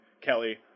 Kelly